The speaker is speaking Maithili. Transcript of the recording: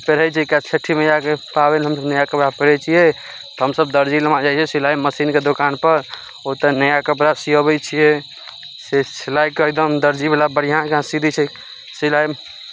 पेढ़ै छै किए छठि मैयाके पाबनि लए हमसभ नया कपड़ा पहड़ै छियै तऽ हमसभ दर्जी लऽ जाइ छियै सिलाइ मशीनके दोकान पर ओतऽ नया कपड़ा सीअबै छियै से सिलाइके एकदम दर्जी बला बढ़िऑं कहाँ सी दै छै सिलाइ